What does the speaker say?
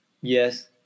Yes